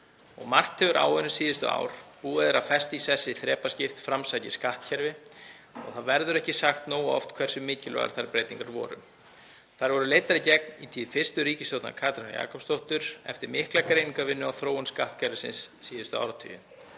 Margt hefur áunnist síðustu ár. Búið er að festa í sessi þrepaskipt framsækið skattkerfi og það verður ekki sagt nógu oft hversu mikilvægar þær breytingar voru. Þær voru leiddar í gegn í tíð fyrstu ríkisstjórnar Katrínar Jakobsdóttur eftir mikla greiningarvinnu á þróun skattkerfisins síðustu áratugi.